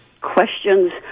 questions